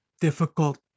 difficult